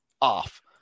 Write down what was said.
off